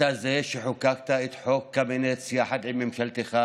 אתה זה שחוקקת את חוק קמיניץ יחד עם ממשלתך,